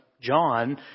John